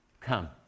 Come